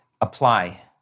apply